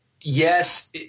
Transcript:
yes